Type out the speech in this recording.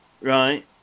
right